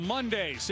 Monday